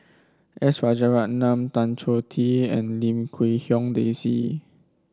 S Rajaratnam Tan Choh Tee and Lim Quee Hong Daisy